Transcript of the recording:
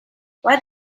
where